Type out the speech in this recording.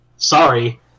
Sorry